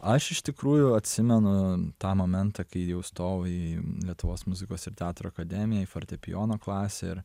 aš iš tikrųjų atsimenu tą momentą kai jau įstojau į lietuvos muzikos ir teatro akademiją į fortepijono klasę ir